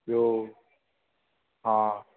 ॿियो हा